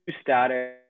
static